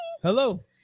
hello